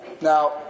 Now